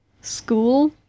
school